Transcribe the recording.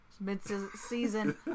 mid-season